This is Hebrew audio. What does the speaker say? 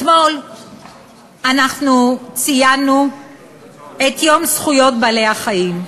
אתמול ציינו את יום זכויות בעלי-החיים.